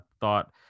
thought